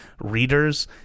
readers